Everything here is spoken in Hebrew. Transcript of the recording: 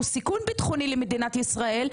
שהוא סיכון ביטחוני למדינת ישראל,